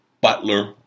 Butler